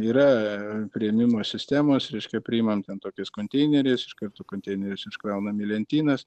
yra priėmimo sistemos reiškia priimam ten tokiais konteineriais iš karto konteinerius iškraunam į lentynas